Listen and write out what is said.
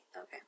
Okay